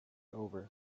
over